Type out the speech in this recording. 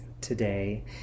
today